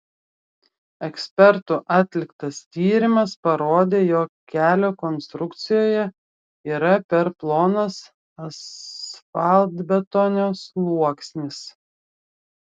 ekspertų atliktas tyrimas parodė jog kelio konstrukcijoje yra per plonas asfaltbetonio sluoksnis